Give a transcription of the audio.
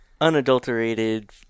Unadulterated